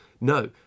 No